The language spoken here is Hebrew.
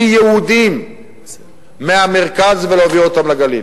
יהודים מהמרכז ולהעביר אותם לגליל,